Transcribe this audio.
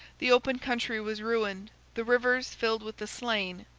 the open country was ruined, the rivers filled with the slain,